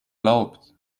glaubt